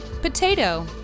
Potato